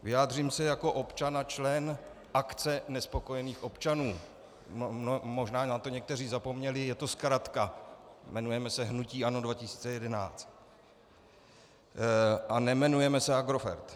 Vyjádřím se jako občan a člen akce nespokojených občanů, možná na to někteří zapomněli, je to zkratka, jmenujeme se hnutí ANO 2011 a nejmenujeme se Agrofert.